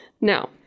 Now